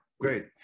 great